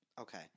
Okay